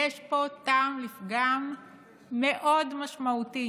יש פה טעם לפגם מאוד משמעותי